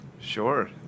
Sure